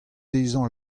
dezhañ